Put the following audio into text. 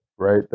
Right